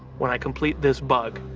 when i complete this bug,